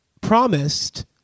promised